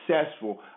successful